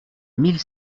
mille